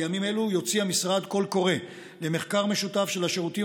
בימים אלו יוציא המשרד קול קורא למחקר משותף של השירותים